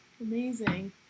amazing